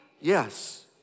Yes